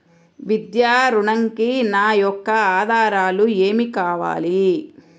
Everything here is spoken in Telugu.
విద్యా ఋణంకి నా యొక్క ఆధారాలు ఏమి కావాలి?